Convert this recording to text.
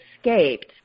escaped